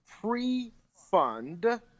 pre-fund